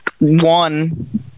one